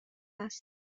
است